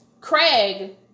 Craig